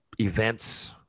events